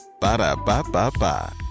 Ba-da-ba-ba-ba